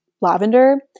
lavender